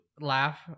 laugh